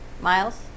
miles